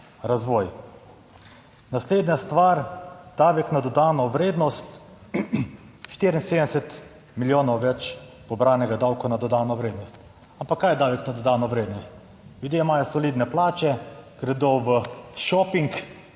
razvoj. Naslednja stvar, davek na dodano vrednost, 74 milijonov več pobranega davka na dodano vrednost. Ampak kaj je davek na dodano vrednost? Ljudje imajo solidne plače, gredo v šoping